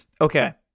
Okay